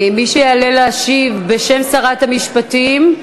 מי שיעלה להשיב בשם שרת המשפטים,